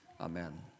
Amen